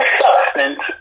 substance